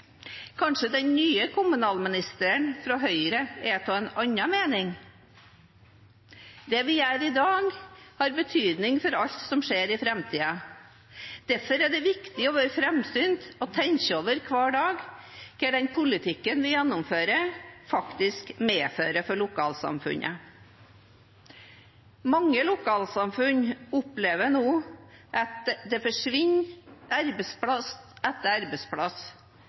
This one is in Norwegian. Kanskje den nye kommunalministeren fra Høyre er av en annen mening? Det vi gjør i dag, har betydning for alt som skjer i framtiden. Derfor er det viktig å være framsynt og hver dag tenke over hva den politikken vi gjennomfører, faktisk medfører for lokalsamfunnet. Mange lokalsamfunn opplever nå at arbeidsplass etter arbeidsplass